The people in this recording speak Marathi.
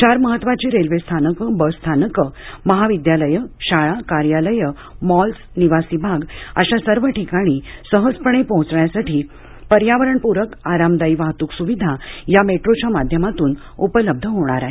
चार महत्त्वाची रेल्वे स्थानके बसस्थानके महाविद्यालये शाळा कार्यालये मॉल्स निवासी भाग अशा सर्व ठिकाणी सहजपणे पोहोचण्यासाठी पर्यावरणपूरक आरामदायी वाहतूक सुविधा या मेट्रोच्या माध्यमातून उपलब्ध होणार आहे